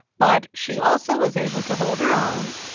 but she also was able to hold her own.